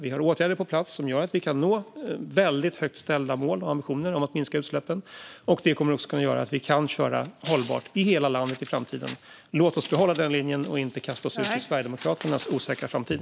Vi har åtgärder på plats som gör att vi kan nå väldigt högt ställda mål och ambitioner om att minska utsläppen. Det kommer också att kunna göra att vi kan köra hållbart i hela landet i framtiden. Låt oss behålla den linjen och inte kasta oss ut i Sverigedemokraternas osäkra framtid.